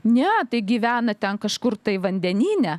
ne tai gyvena ten kažkur tai vandenyne